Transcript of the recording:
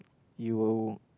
you